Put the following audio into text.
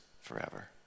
forever